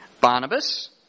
barnabas